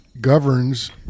governs